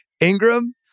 Ingram